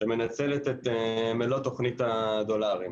שמנצלת את מלוא תוכנית הדולרים.